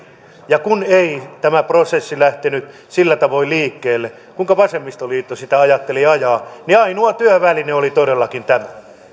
ja kun ei tämä prosessi lähtenyt sillä tavoin liikkeelle kuinka vasemmistoliitto sitä ajatteli ajaa niin ainoa työväline oli todellakin tämä